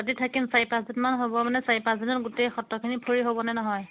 তাতে থাকিম চাৰি পাঁচদিনমান হ'ব মানে চাৰি পাঁচদিনত গোটেই সত্ৰখিনি ফুৰি হ'বনে নহয়